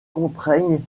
contraignent